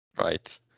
Right